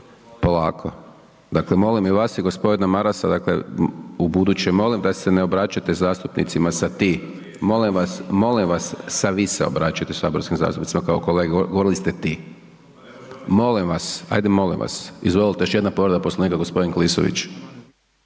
Polako, dakle molim i vas i gospodina Marasa dakle ubuduće molim da se ne obraćate zastupnicima sa „ti“ molim vas, molim vas sa „vi“ se obraćate saborskim zastupnicima kao kolege, govorili ste „ti“, molim vas, ajde molim vas. Izvolite, još jedna povreda Poslovnika gospodin Klisović.